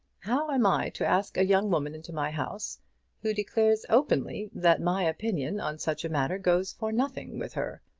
how am i to ask a young woman into my house who declares openly that my opinion on such a matter goes for nothing with her?